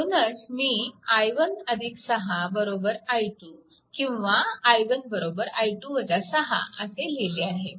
म्हणूनच मी i1 6 i2 किंवा i1 i2 6 असे लिहिले आहे